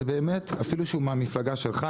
אפילו שהוא מהמפלגה שלך,